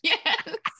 Yes